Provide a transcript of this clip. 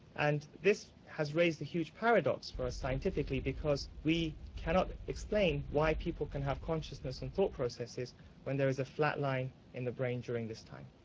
and this has raised a huge paradox for us scientifically because we cannot explain why people can have consciousness and thought processes when there is a flat line in the brain during this time.